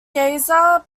asa